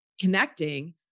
connecting